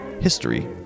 history